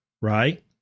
right